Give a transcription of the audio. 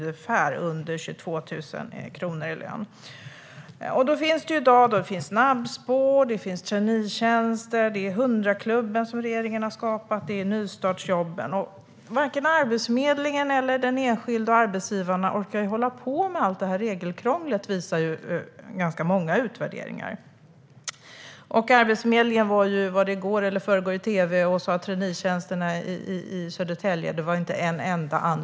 I dag finns snabbspår, traineetjänster, 100-klubben och nystartsjobb. Men många utvärderingar visar att varken Arbetsförmedlingen eller de enskilda arbetsgivarna orkar hålla på med allt regelkrångel. Arbetsförmedlingen sa i tv häromdagen att det inte var en enda anvisad till traineetjänsterna i Södertälje.